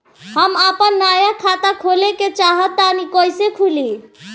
हम आपन नया खाता खोले के चाह तानि कइसे खुलि?